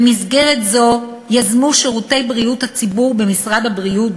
במסגרת זו יזמו שירותי בריאות הציבור במשרד הבריאות,